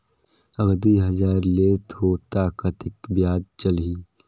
अगर दुई हजार लेत हो ता कतेक ब्याज चलही?